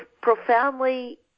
profoundly